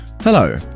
Hello